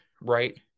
right